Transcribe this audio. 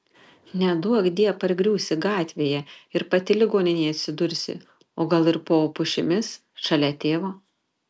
neduokdie pargriūsi gatvėje ir pati ligoninėje atsidursi o gal ir po pušimis šalia tėvo